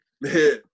man